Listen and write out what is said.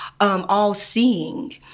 all-seeing